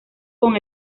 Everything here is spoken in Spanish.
con